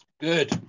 Good